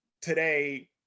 today